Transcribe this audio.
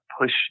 push